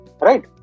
right